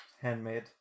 Handmade